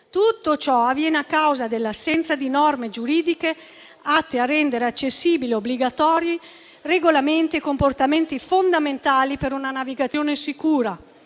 Tutto ciò avviene a causa dell'assenza di norme giuridiche atte a rendere accessibili e obbligatori regolamenti e comportamenti fondamentali per una navigazione sicura: